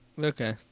Okay